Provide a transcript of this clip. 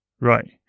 right